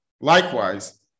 Likewise